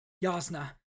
Yasna